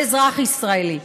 כל אזרח ישראלי.